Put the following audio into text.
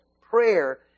prayer